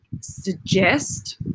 suggest